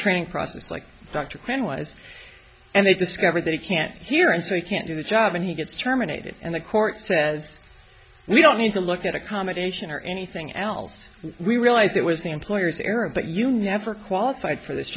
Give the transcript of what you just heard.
training process like dr quinn was and they discover that he can't hear and so he can't do the job and he gets terminated and the court says we don't need to look at accommodation or anything else we realize it was the employer's era but you never qualified for this